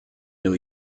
new